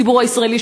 הציבור הישראלי,